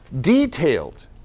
detailed